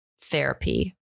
therapy